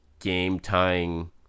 game-tying